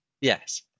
Yes